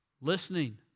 listening